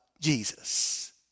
Jesus